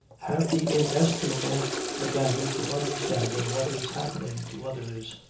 have the inestimable advantage of understanding what is happening to others,